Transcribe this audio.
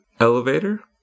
elevator